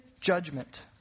judgment